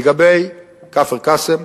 לגבי כפר-קאסם: